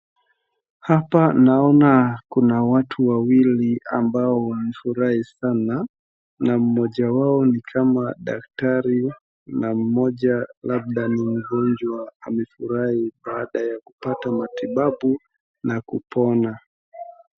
Hapa naona kuna watu wawili ambao wamefurahi sana na mmoja wao ni kama daktari na mmoja labda ni mgonjwa, amefurahi baada ya kupata matibabu na kupona.